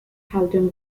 halton